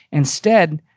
instead,